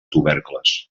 tubercles